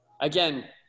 Again